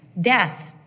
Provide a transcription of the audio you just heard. Death